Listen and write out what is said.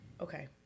okay